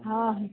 ହଁ